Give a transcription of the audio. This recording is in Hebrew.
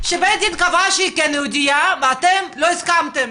שבית דין קבע שהיא כן יהודייה ואתם לא הסכמתם.